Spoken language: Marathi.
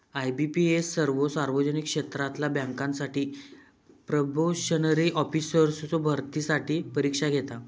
आय.बी.पी.एस सर्वो सार्वजनिक क्षेत्रातला बँकांसाठी प्रोबेशनरी ऑफिसर्सचो भरतीसाठी परीक्षा घेता